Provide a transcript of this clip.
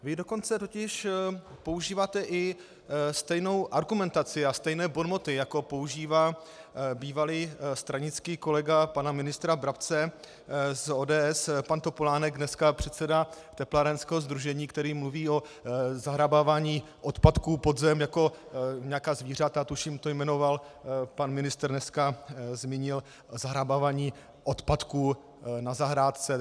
Vy dokonce totiž používáte i stejnou argumentaci a stejné bonmoty, jako používá bývalý stranický kolega pana ministra Brabce z ODS pan Topolánek, dneska předseda teplárenského sdružení, který mluví o zahrabávání odpadků pod zem jako nějaká zvířata, tuším to jmenoval dneska pan ministr, zmínil zahrabávání odpadků na zahrádce.